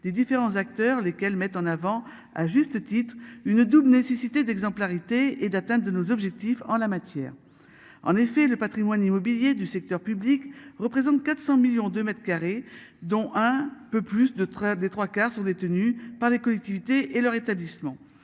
des différents acteurs, lesquels mettent en avant à juste titre une double nécessité d'exemplarité et d'atteinte de nos objectifs en la matière. En effet le Patrimoine immobilier du secteur public représente 400 millions de mètres carrés dont un peu plus de train des trois quarts sont détenus par les collectivités et le rétablissement,